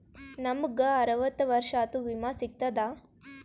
ನಮ್ ಗ ಅರವತ್ತ ವರ್ಷಾತು ವಿಮಾ ಸಿಗ್ತದಾ?